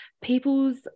people's